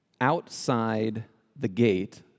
outside-the-gate